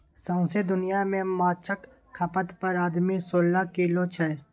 सौंसे दुनियाँ मे माछक खपत पर आदमी सोलह किलो छै